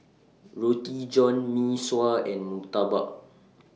Roti John Mee Sua and Murtabak